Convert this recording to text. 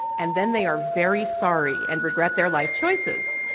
and then they are very sorry and regret their life choices.